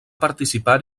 participar